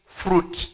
fruit